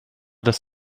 dass